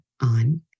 on